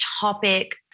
topic